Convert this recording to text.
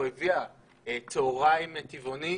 או הביאה צהריים טבעוני,